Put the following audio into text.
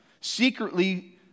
secretly